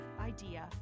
idea